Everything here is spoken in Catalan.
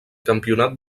campionat